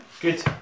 Good